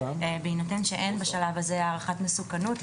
ובהינתן שאין בשלב הזה הערכת מסוכנות,